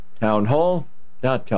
townhall.com